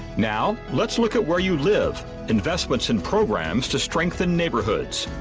now, let's look at where you live investments and programs to strengthen neighborhoods.